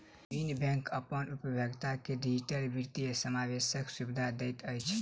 विभिन्न बैंक अपन उपभोगता के डिजिटल वित्तीय समावेशक सुविधा दैत अछि